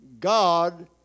God